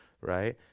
Right